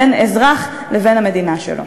בין אזרח לבין המדינה שלו.